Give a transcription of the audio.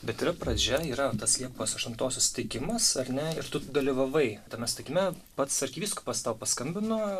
bet yra pradžia yra tas liepos aštuntos susitikimus ar ne ir tu dalyvavai tame sutikime pats arkivyskupas tau paskambino